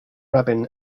rabin